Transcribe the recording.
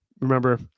Remember